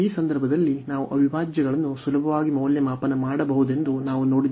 ಈ ಸಂದರ್ಭದಲ್ಲಿ ನಾವು ಅವಿಭಾಜ್ಯಗಳನ್ನು ಸುಲಭವಾಗಿ ಮೌಲ್ಯಮಾಪನ ಮಾಡಬಹುದೆಂದು ನಾವು ನೋಡಿದ್ದೇವೆ